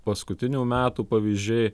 paskutinių metų pavyzdžiai